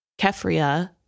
Kefria